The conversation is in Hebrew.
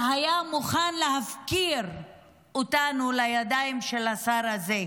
שהיה מוכן להפקיר אותו לידיים של השר הזה,